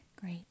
Great